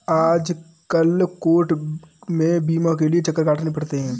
आजकल कोर्ट में बीमा के लिये चक्कर काटने पड़ते हैं